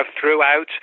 throughout